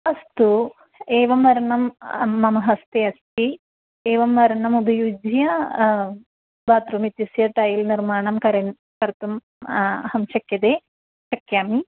अस्तु एवं वर्णं मम हस्ते अस्ति एवं वर्णम् उपयुज्य बात्रूम् इत्यस्य टैल् निर्माणं करणं कर्तुम् अहं शक्यते शक्नोमि